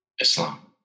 Islam